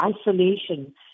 isolation